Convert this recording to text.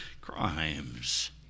crimes